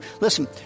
Listen